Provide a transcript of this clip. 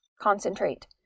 concentrate